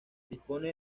dispone